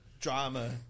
drama